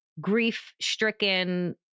grief-stricken